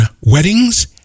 weddings